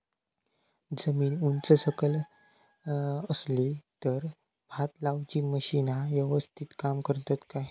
जमीन उच सकल असली तर भात लाऊची मशीना यवस्तीत काम करतत काय?